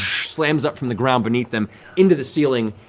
slams up from the ground beneath them into the ceiling,